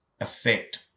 effect